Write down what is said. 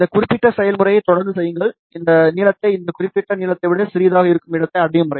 இந்த குறிப்பிட்ட செயல்முறையை தொடர்ந்து செய்யுங்கள் இந்த நீளத்தை இந்த குறிப்பிட்ட நீளத்தை விட சிறியதாக இருக்கும் இடத்தை அடையும் வரை